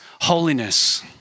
holiness